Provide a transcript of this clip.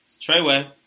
Treyway